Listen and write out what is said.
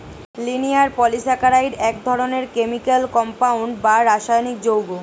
linear polysaccharide এক ধরনের chemical compound বা রাসায়নিক যৌগ